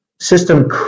System